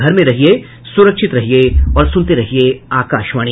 घर में रहिये सुरक्षित रहिये और सुनते रहिये आकाशवाणी